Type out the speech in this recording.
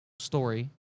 story